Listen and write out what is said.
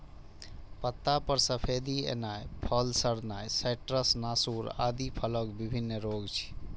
पत्ता पर सफेदी एनाय, फल सड़नाय, साइट्र्स नासूर आदि फलक विभिन्न रोग छियै